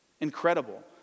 Incredible